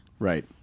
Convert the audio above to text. Right